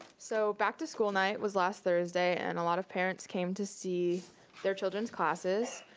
so back to school night was last thursday and a lot of parents came to see their childrens' classes.